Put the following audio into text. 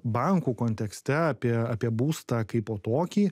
bankų kontekste apie apie būstą kaipo tokį